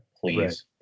please